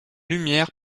lumière